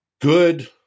good